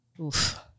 Oof